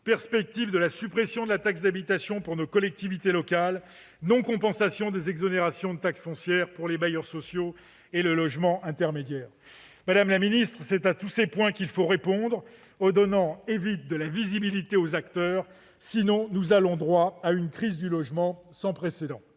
perspectives de la suppression de la taxe d'habitation pour les collectivités locales, non-compensation des exonérations de taxe foncière pour les bailleurs sociaux et le logement intermédiaire. Madame la ministre, il vous faut répondre sur tous ces points, et redonner rapidement de la visibilité aux acteurs, faute de quoi nous irons droit à une crise du logement sans précédent.